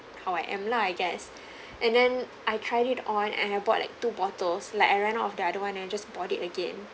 how I am lah I guess and then I tried it on and I bought like two bottles like I ran out of the other one and just bought it again